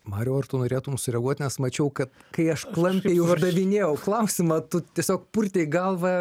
mariau ar tu norėtum sureaguot nes mačiau kad kai aš klampiai uždavinėjau klausimą tu tiesiog purtei galvą